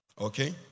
Okay